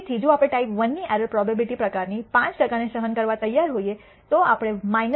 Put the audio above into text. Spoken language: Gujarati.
તેથી જો આપણે ટાઈપ Iની એરર પ્રોબેબીલીટી પ્રકાર ની 5 ટકાને સહન કરવા તૈયાર હોઇએ તો આપણે 1